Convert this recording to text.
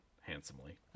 handsomely